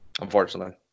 Unfortunately